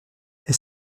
est